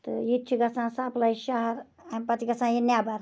تہٕ ییٚتہِ چھِ گَان سَپلاے شَہَر امہِ پَتہٕ چھِ گَژھان یہِ نیٚبَر